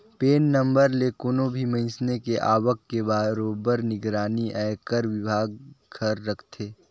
PAN number ले कोनो भी मइनसे के आवक के बरोबर निगरानी आयकर विभाग हर राखथे